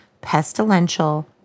pestilential